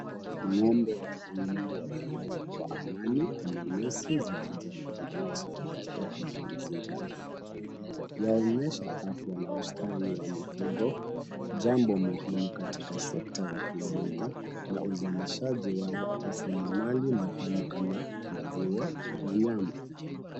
Ng'ombe wawili wamelala kwa amani kwenye nyasi za kijani kibichi wakipumzika. Yaonyesha afya na ustawi wa mifugo, jambo muhimu katika sekta ya kilimo na uzalishaji wa rasilimali muhimu kama maziwa na nyama.